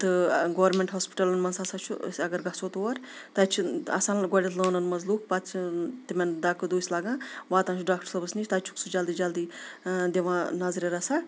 تہٕ گورمینٹ ہاسپِٹَلَن منٛز ہَسا چھُ أسۍ اگر گژھو تور تَتہِ چھِ آسان گۄڈنٮ۪تھ لٲنَن منٛز لُکھ پَتہٕ چھِ تِمَن دَکہٕ دُسۍ لَگان واتان چھِ ڈاکٹر صٲبَس نِش تَتہِ چھُکھ سُہ جلدی جلدی دِوان نظرِ رَژھا